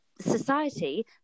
Society